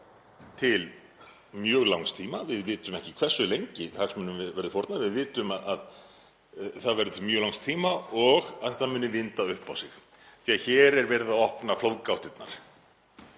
til mjög langs tíma. Við vitum ekki hversu lengi hagsmunum verður fórnað. Við vitum að það verður til mjög langs tíma og að þetta mun vinda upp á sig, því að hér er verið að opna flóðgáttirnar.